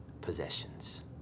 possessions